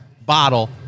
bottle